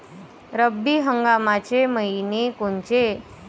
रब्बी हंगामाचे मइने कोनचे?